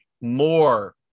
more